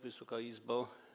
Wysoka Izbo!